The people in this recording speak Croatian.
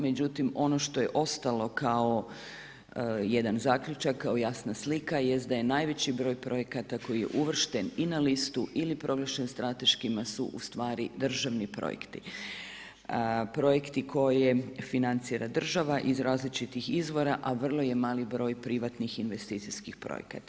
Međutim ono što je ostalo kao jedan zaključak, kao jasna slika jest da je najveći broj projekata koji je uvršten i na listu ili proglašen strateškima su ustvari državni projekti, projekti koje financira država iz različitih izvora a vrlo je mali broj privatnih investicijskih projekata.